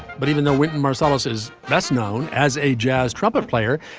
but even though wynton marsalis is best known as a jazz trumpet player,